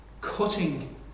cutting